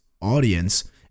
audience